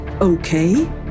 Okay